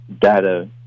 data